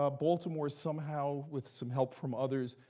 ah baltimore somehow, with some help from others,